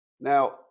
Now